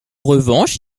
revanche